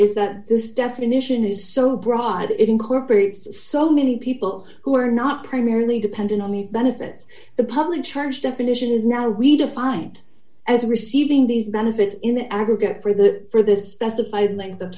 is that this definition is so broad it incorporates so many people who are not primarily dependent on the benefits the public charge definition is now we defined as receiving these benefits in the aggregate for the for this by the length of